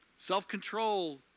Self-control